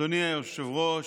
אדוני היושב-ראש,